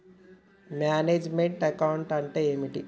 Manage meant account అంటే ఏమిటి?